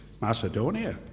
Macedonia